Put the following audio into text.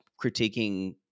critiquing